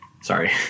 Sorry